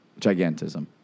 Gigantism